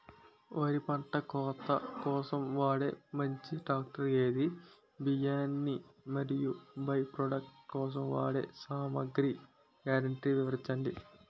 వరి పంట కోత కోసం వాడే మంచి ట్రాక్టర్ ఏది? బియ్యాన్ని మరియు బై ప్రొడక్ట్ కోసం వాడే సామాగ్రి గ్యారంటీ వివరించండి?